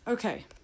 Okay